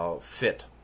Fit